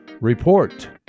Report